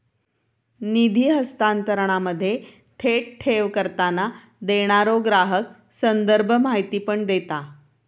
निधी हस्तांतरणामध्ये, थेट ठेव करताना, देणारो ग्राहक संदर्भ माहिती पण देता